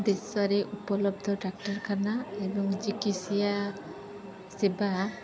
ଦେଶରେ ଉପଲବ୍ଧ ଡାକ୍ତରଖାନା ଏବଂ ଚିକିତ୍ସା ସେବା